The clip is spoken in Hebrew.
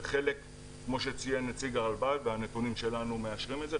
וכפי שציין נציג הרלב"ד והנתונים שלנו מאשרים את זה,